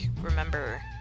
remember